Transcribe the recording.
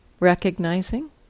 Recognizing